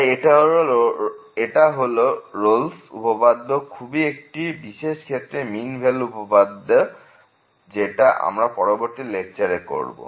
তাই এটা হলো রোল'স উপপাদ্য খুবই একটি বিশেষ ক্ষেত্রে মিন ভ্যালু উপপাদ্য র যেটা আমরা পরবর্তী লেকচারের আলোচনা করব